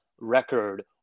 record